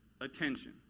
attention